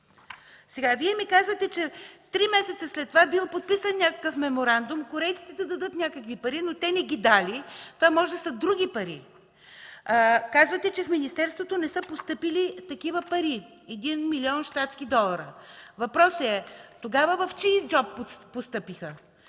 Вие ми казвате, че три месеца след това бил подписан някакъв меморандум – корейците да дадат някакви пари, но те не ги дали. Това може да са други пари. Казвате, че в министерството не са постъпили такива пари – 1 млн. щатски долара. Въпросът е: тогава в чий джоб постъпиха?